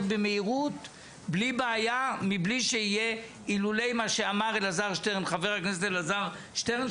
במהירות בלי בעיה מבלי שיהיה אילולא מה שאמר חבר הכנסת אלעזר שטרן,